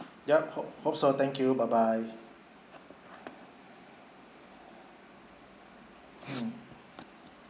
yup hop~ hope so thank you bye bye mm